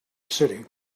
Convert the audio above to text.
city